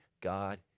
God